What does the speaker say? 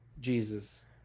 Jesus